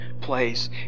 place